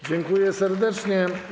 Dziękuję serdecznie.